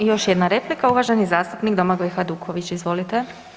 I još jedna replika, uvaženi zastupnik Domagoj Hajduković, izvolite.